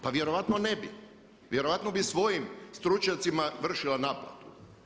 Pa vjerojatno ne bi, vjerojatno bi svojim stručnjacima vršila naplatu.